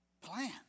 plan